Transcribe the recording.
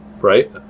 right